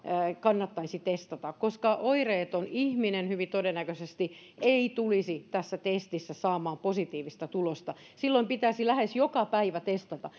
kannattaisi testata koska oireeton ihminen hyvin todennäköisesti ei tulisi tässä testissä saamaan positiivista tulosta silloin pitäisi lähes joka päivä testata